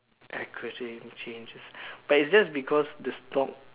acronym changes but it's just because the stock